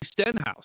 Stenhouse